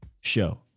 show